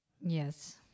Yes